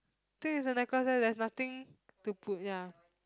think is the necklace leh there's nothing to put ya